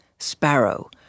Sparrow